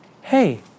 Hey